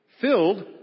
Filled